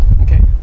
okay